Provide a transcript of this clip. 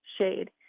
shade